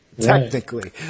technically